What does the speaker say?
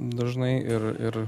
dažnai ir ir